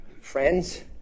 friends